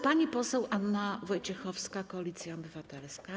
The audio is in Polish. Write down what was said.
Pani poseł Anna Wojciechowska, Koalicja Obywatelska.